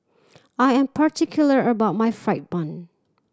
I am particular about my fried bun